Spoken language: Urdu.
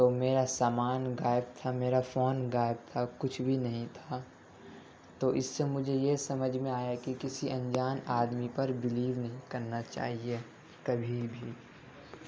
تو میرا سامان غائب تھا میرا فون غائب تھا کچھ بھی نہیں تھا تو اس سے مجھے یہ سمجھ میں آیا کہ کسی انجان آدمی پر بلیو نہیں کرنا چاہیے کبھی بھی